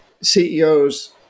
CEOs